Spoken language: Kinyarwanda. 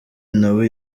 nawe